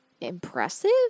impressive